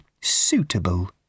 suitable